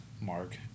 Mark